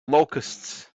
locusts